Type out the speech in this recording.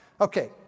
Okay